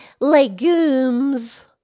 legumes